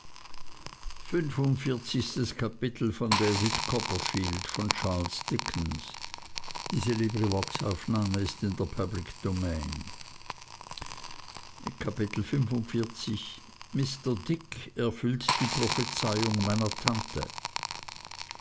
mr dick erfüllt die prophezeiung meiner tante